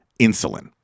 insulin